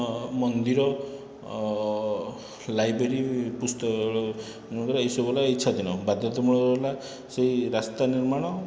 ମନ୍ଦିର ଲାଇବ୍ରେରୀ ପୁସ୍ତକାଳୟ ଏହିସବୁ ହେଲା ଇଚ୍ଛାଧୀନ ବାଧ୍ୟତାମୂଳକ ହେଲା ସେହି ରାସ୍ତା ନିର୍ମାଣ